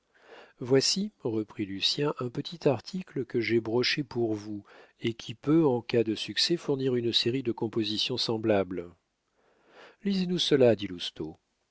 voici reprit lucien un petit article que j'ai broché pour vous et qui peut en cas de succès fournir une série de compositions semblables lisez nous cela dit